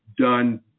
done